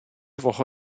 woche